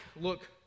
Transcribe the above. look